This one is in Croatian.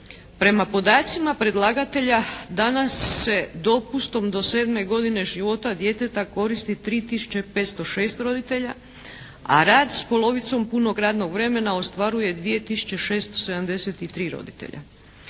Prema podacima predlagatelja danas se dopustom do sedme godine života djeteta koristi 3 tisuće 506 roditelja a rad s polovicom punog radnog vremena ostvaruje 2 tisuće 673 roditelja.